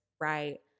right